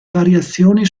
variazioni